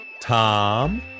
Tom